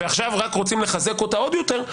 ועכשיו רק רוצים לחזק אותה עוד יותר,